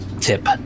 tip